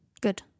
Good